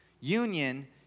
Union